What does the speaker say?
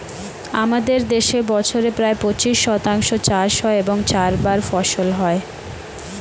আমাদের দেশে বছরে প্রায় পঁচিশ শতাংশ চাষ হয় এবং চারবার ফসল হয়